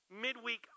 midweek